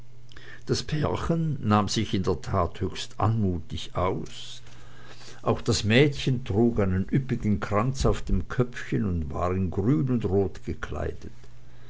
das pärchen nahm sich in der tat höchst anmutig aus auch das mädchen trug einen üppigen kranz auf dem köpfchen und war in grün und rot gekleidet